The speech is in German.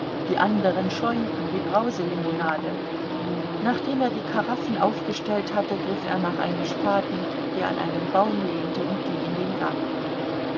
die anderen schäumten wie brauselimonade nachdem er die karaffen aufgestellt hatte griff er nach einem spaten der an einem baum lehnte und ging in den garten